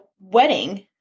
wedding